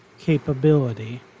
Capability